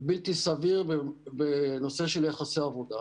בלתי סביר בנושא של יחסי עבודה.